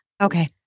Okay